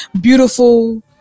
beautiful